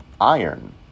iron